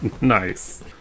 Nice